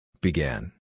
Began